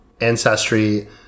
ancestry